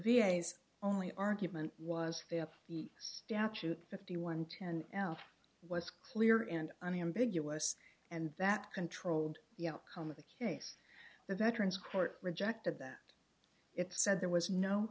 s only argument was that the statute fifty one ten l was clear and unambiguous and that controlled the outcome of the case the veterans court rejected that it said there was no